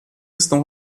estão